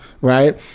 right